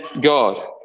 God